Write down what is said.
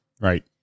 Right